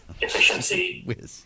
Efficiency